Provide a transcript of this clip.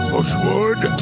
Bushwood